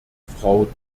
frau